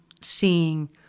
seeing